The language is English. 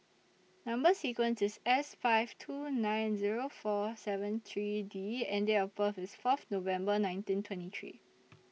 Number sequence IS S five two nine Zero four seven three D and Date of birth IS Fourth November nineteen twenty three